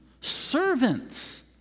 servants